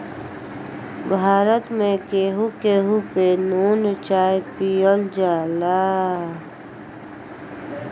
भारत में केहू केहू पे नून चाय पियल जाला